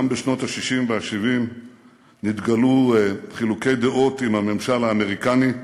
גם בשנות ה-60 וה-70 נתגלעו חילוקי דעות עם הממשל האמריקני,